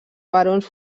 barons